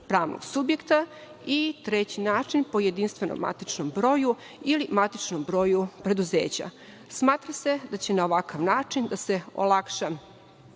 pravnog subjekta i treći način, po jedinstvenom matičnom broju ili matičnom broju preduzeća. Smatra se da će se na ovakav način olakšati